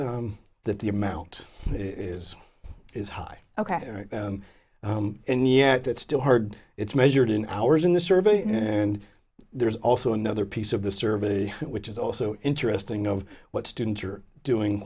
that the amount it is is high ok and yet it's still hard it's measured in hours in the survey and there's also another piece of the survey which is also interesting of what students are doing